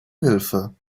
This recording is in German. hilfe